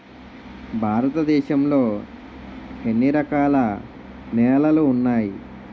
భారతదేశం లో ఎన్ని రకాల నేలలు ఉన్నాయి?